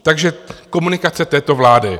Takže komunikace této vlády.